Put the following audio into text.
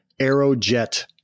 aerojet